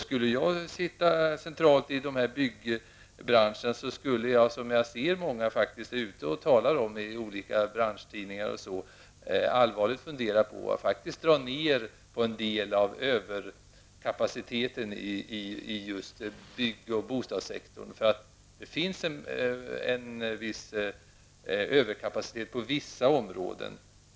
Skulle jag sitta centralt inom byggbranschen skulle jag -- många har faktiskt gjort och talat om det i olika branschtidningar på, allvarligt fundera att faktiskt dra ner en del av överkapaciteten inom bygg och bostadssektorn. Det finns en viss överkapacitet på vissa områden.